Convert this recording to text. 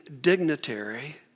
dignitary